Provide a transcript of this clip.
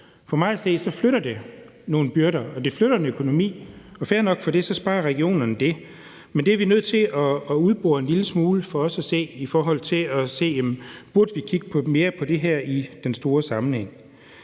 For mig at se flytter det nogle byrder, og det flytter en økonomi, og fair nok med det, for sparer regionerne noget økonomi. Men det er vi nødt til at udbore en lille smule for at se, om vi burde kigge på det her lidt mere i den store sammenhæng.